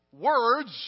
words